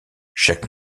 chaque